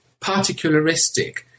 particularistic